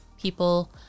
people